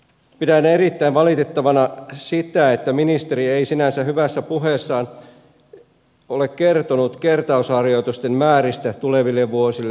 pidän erittäin valitettavana sitä että ministeri ei sinänsä hyvässä puheessaan ole kertonut kertausharjoitusten määristä tuleville vuosille